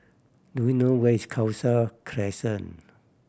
do you know where is Khalsa Crescent